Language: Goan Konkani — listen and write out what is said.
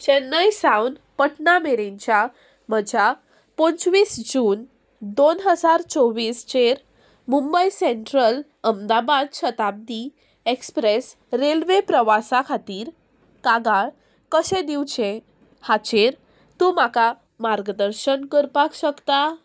चेन्नय सावन पटनामेरेंच्या म्हज्या पंचवीस जून दोन हजार चोवीस चेर Mumbai Central Ahmedabad Shatabdi Express railway प्रवासा खातीर कागाळ कशें दिवचें हाचेर तूं म्हाका मार्गदर्शन करपाक शकता